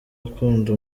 akunda